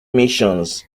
missions